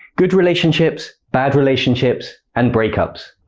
good relationships, bad relationships and break-ups.